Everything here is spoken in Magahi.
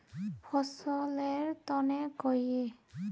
फसल लेर तने कहिए?